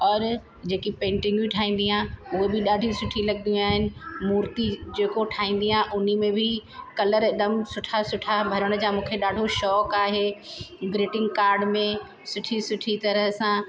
जेकी पेंटिंगू ठाहींदी आहे उहा बि ॾाढी सुठियूं लॻदियूं आहिनि मुर्ति जेको ठाहींदी आहे हुन में बि कलर हिकदमि सुठा सुठा भरण जा मूंखे ॾाढो शौक़ु आहे ग्रीटिंग काड में सुठी सुठी तरह सां